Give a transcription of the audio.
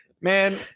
Man